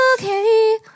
Okay